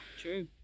true